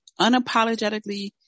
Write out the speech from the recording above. Unapologetically